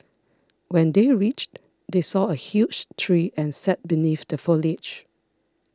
when they reached they saw a huge tree and sat beneath the foliage